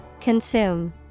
Consume